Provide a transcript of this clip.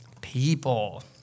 people